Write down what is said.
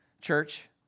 Church